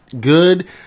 good